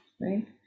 right